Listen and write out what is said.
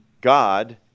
God